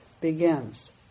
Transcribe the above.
begins